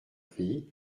prix